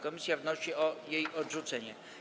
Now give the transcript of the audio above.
Komisja wnosi o jej odrzucenie.